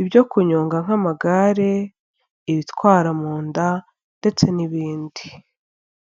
ibyo kunyonga nk'amagare, ibitwara mu nda ,ndetse n'ibindi.